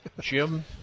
Jim